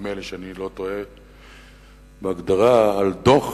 נדמה לי שאני לא טועה בהגדרה, על דוח